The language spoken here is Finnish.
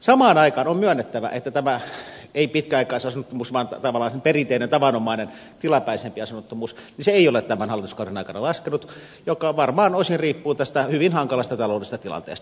samaan aikaan on myönnettävä että ei pitkäaikaisasunnottomuus vaan tavallaan se perinteinen tavanomainen tilapäisempi asunnottomuus ei ole tämän hallituskauden aikana laskenut mikä varmaan osin riippuu tästä hyvin hankalasta taloudellisesta tilanteesta